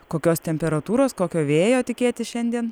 kokios temperatūros kokio vėjo tikėtis šiandien